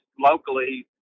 locally